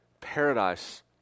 Paradise